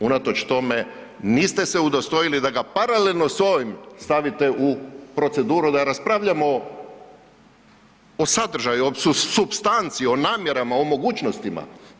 Unatoč tome niste se udostojali da ga paralelno s ovim stavite u proceduru da raspravljamo o sadržaju o supstanci, o namjerama, o mogućnostima.